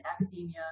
academia